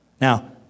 Now